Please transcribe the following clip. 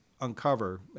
uncover